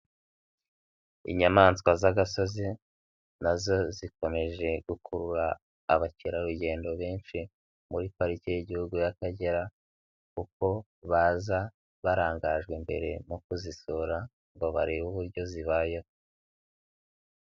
Inyamaswa z'agasozi nazo zikomeje gukurura abakerarugendo benshi muri parike y'igihugu y'Akagera, kuko baza barangajwe imbere no kuzisura ngo barebe uburyo zibayeho.